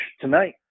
tonight